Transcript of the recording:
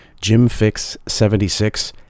jimfix76